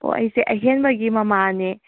ꯑꯣ ꯑꯩꯁꯦ ꯑꯍꯦꯟꯕꯒꯤ ꯃꯃꯥꯅꯦ